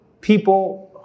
people